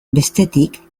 bestetik